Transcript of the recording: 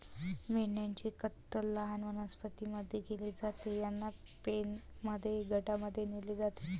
मेंढ्यांची कत्तल लहान वनस्पतीं मध्ये केली जाते, त्यांना पेनमध्ये गटांमध्ये नेले जाते